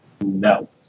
No